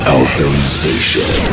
authorization